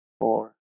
four